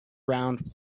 round